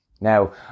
Now